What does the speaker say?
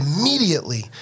immediately